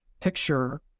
picture